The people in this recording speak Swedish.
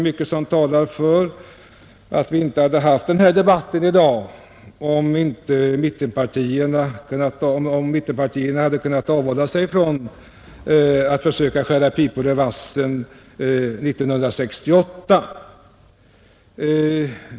Mycket talar för att vi inte hade haft denna debatt i dag om mittenpartierna hade kunnat avhålla sig från att försöka skära pipor i vassen 1968.